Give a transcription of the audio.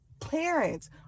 Parents